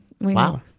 Wow